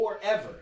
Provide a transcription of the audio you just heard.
forever